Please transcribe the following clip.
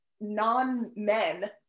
non-men